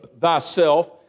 thyself